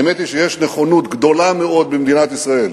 האמת היא שיש נכונות גדולה מאוד במדינת ישראל